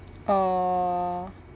uh